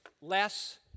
Less